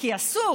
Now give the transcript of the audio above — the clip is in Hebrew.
כי אסור,